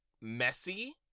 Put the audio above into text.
messy